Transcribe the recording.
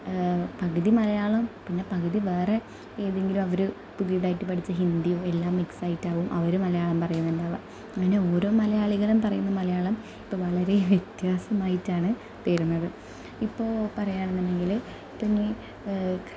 പകുതി മലയാളം പിന്നെ പകുതി വേറെ ഏതെങ്കിലും അവർ പുതിയതായിട്ടു പഠിച്ച ഹിന്ദിയോ എല്ലാം മിക്സ്സായിട്ടാകും അവർ മലയാളം പറയുന്നുണ്ടാകുക അങ്ങനെ ഓരോ മലയാളികളും പറയുന്ന മലയാളം ഇപ്പം വളരേ വ്യത്യാസമായിട്ടാണ് വരുന്നത് ഇപ്പോൾ പറയുകയാണെന്നുണ്ടെങ്കിൽ ഇപ്പം ഇനി